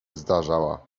zdarzała